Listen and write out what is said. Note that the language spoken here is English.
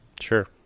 Sure